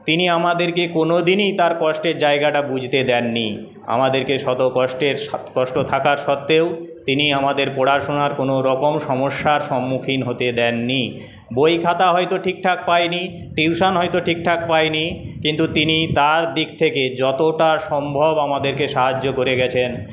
তিনি আমাদেরকে কোন দিনই তার কষ্টের জায়গাটা বুঝতে দেননি আমাদেরকে শত কষ্টের কষ্ট থাকার সত্ত্বেও তিনি আমাদের পড়াশুনার কোনো রকম সমস্যার সন্মুখীন হতে দেননি বই খাতা হয়তো ঠিকঠাক পাইনি টিউশান হয়তো ঠিকঠাক পাইনি কিন্তু তিনি তার দিক থেকে যতটা সম্ভব আমাদেরকে সাহায্য করে গেছেন